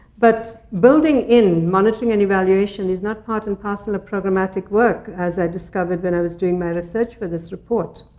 but building in monitoring and evaluation is not part and parcel of programmatic work, as i discovered when i was doing my research for this report.